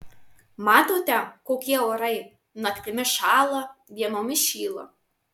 matote kokie orai naktimis šąla dienomis šyla